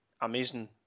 Amazing